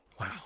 Wow